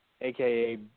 AKA